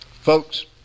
Folks